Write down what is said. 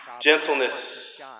Gentleness